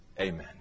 Amen